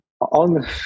on